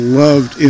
loved